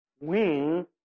win